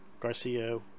Garcia